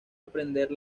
aprender